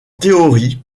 théorie